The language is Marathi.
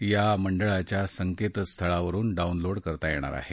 या मंडळाच्या संकेतस्थळावरुन डाऊनलोड करता येणार आहे